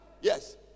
Yes